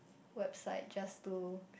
website just to